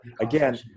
again